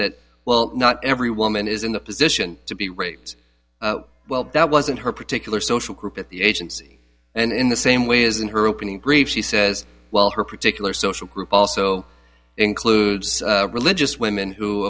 that well not every woman is in the position to be raped well that wasn't her particular social group at the agency and in the same way as in her opening grief she says well her particular social group also includes religious women who